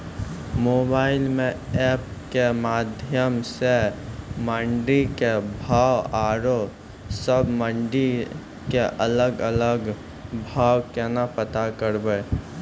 Mobile म app के माध्यम सऽ मंडी के भाव औरो सब मंडी के अलग अलग भाव केना पता करबै?